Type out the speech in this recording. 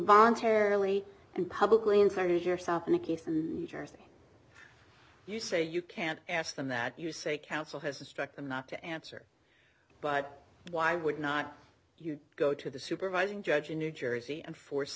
voluntarily and publicly inserted yourself in a case in new jersey you say you can't ask them that you say counsel has instructed not to answer but why would not you go to the supervising judge in new jersey and force